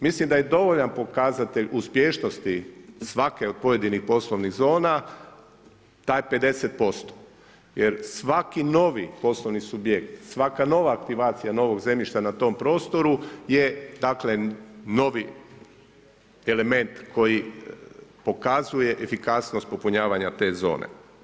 Mislim da je dovoljan pokazatelj uspješnosti svake od pojedinih poslovnih zona taj 50% jer svaki novi poslovni subjekt, svaka nova aktivacija novog zemljišta na tom prostoru je novi element koji pokazuje efikasnost popunjavanja te zone.